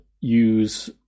use